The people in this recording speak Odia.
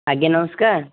ଆଜ୍ଞା ନମସ୍କାର